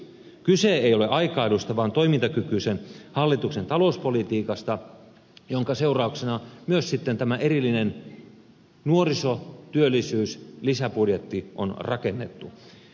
kyse ei ole aikailusta vaan toimintakykyisen hallituksen talouspolitiikasta jonka seurauksena myös sitten tämä erillinen nuorisotyöllisyyslisäbudjetti on rakennettu